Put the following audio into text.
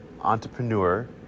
entrepreneur